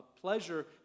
pleasure